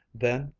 then,